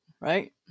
right